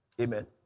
Amen